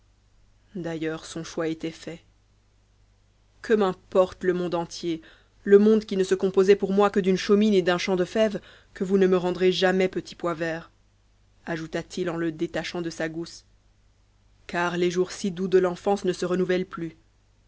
d'ailleurs son choix était fait que m'importe le monde entier le monde qui ne se composait pour moi que d'une chaumine et d'un champ de fèves que vous ne me rendrez jamais petit pois vert ajouta-t-il en le détachant de sa gousse car les jours si doux de l'enfance ne se renouvellent plus